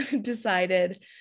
decided